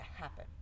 happen